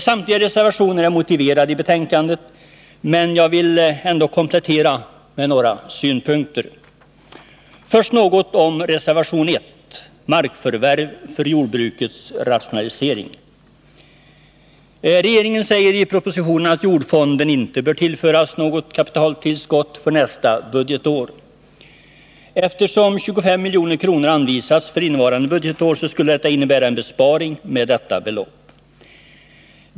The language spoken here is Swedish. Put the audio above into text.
Samtliga reservationer innehåller motiveringar, men jag vill ändå komplettera med några synpunkter. Först något om reservation 1, Markförvärv för jordbrukets rationalisering. Regeringen säger i propositionen att jordfonden inte bör tillföras något kapitaltillskott för nästa budgetår. Eftersom 25 milj.kr. anvisats för innevarande budgetår, skulle detta innebära att det sker en besparing med detta belopp.